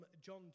John